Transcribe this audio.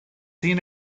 seen